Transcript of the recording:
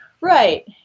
Right